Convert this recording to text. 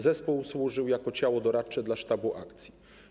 Zespół służył jako ciało doradcze sztabu akcji.